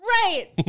Right